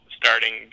starting